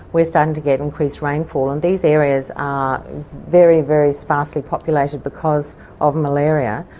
we're starting to get increased rainfall, and these areas are very, very sparsely populated because of malaria,